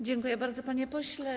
Dziękuję bardzo, panie pośle.